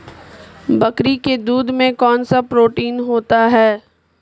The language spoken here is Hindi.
बकरी के दूध में कौनसा प्रोटीन होता है?